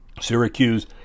Syracuse